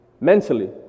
mentally